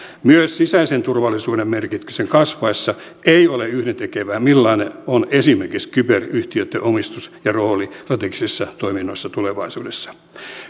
myös sisäisen turvallisuuden merkityksen kasvaessa ei ole yhdentekevää millainen on esimerkiksi kyberyhtiöitten omistus ja rooli strategisissa toiminnoissa tulevaisuudessa